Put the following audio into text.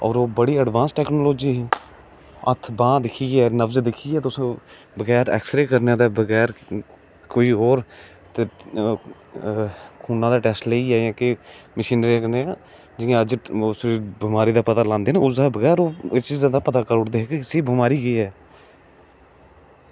पर ओह् बड़ी एडवांस टेक्नोलॉज़ी ही हत्थ बांह् दिक्खियै नब्ज़ बगैर एक्सरे करने दे बगैर कोई होर खुन दा टेस्ट लेइयै जेह्के रिशी मुनि जियां अज्ज तुस बमारी दा पता लगांदे ना उसदे बगैर ओह् इस चीज़ दा पता करी ओड़दे हे की इसी बमारी केह् ऐ